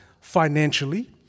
financially